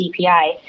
DPI